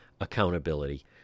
accountability